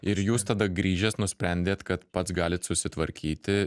ir jūs tada grįžęs nusprendėt kad pats galit susitvarkyti